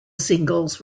singles